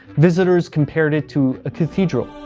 visitors compared it to a cathedral.